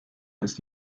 ist